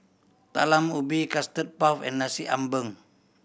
Talam Ubi Custard Puff and Nasi Ambeng